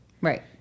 Right